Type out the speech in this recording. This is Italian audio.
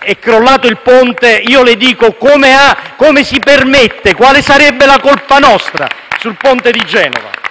«è crollato il ponte». In proposito le dico: come si permette? Quale sarebbe la colpa nostra sul ponte di Genova?